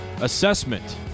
assessment